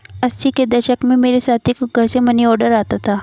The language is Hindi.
अस्सी के दशक में मेरे साथी को घर से मनीऑर्डर आता था